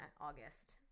August